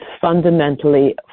fundamentally